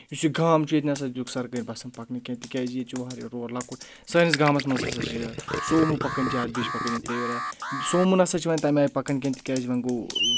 یُس یہِ گام چھُ ییٚتہِ نَسا دیُت سرکٲرۍ بَسَن پَکنہٕ کینٛہہ تِکیازِ ییٚتہِ چھِ واریاہ روڑ لۄکُٹ سٲنِس گامَس منٛز ہَسا چھِ سوموٗ پَکٕنۍ زیادٕ بیٚیہِ پَکَان یہِ تیورا سوموٗ نَسا چھِ وۄنۍ تَمہِ آیہِ پَکان کینٛہہ تِکیازِ وۄنۍ گوٚو